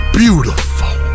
beautiful